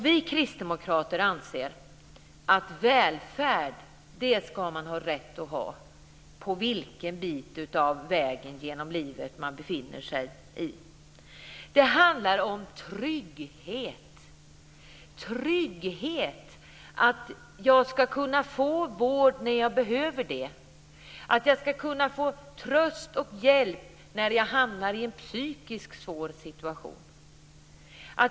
Vi kristdemokrater anser att välfärd ska man ha rätt att ha, vilken bit av vägen genom livet man än befinner sig på. Det handlar om trygghet. Jag ska kunna få vård när jag behöver det. Jag ska kunna få tröst och hjälp när jag hamnar i en psykiskt svår situation.